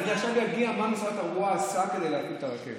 אבל עכשיו אני אגיע למה שמשרד התחבורה עשה כדי להפעיל את הרכבת.